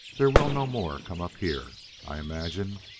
there will no more come up here, i imagine.